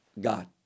God